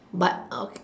but